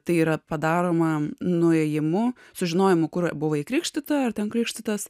tai yra padaroma nuėjimu sužinojom kur buvo krikštyta ar ten krikštytas